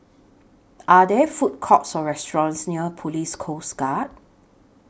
Are There Food Courts Or restaurants near Police Coast Guard